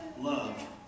love